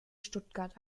stuttgart